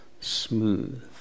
smooth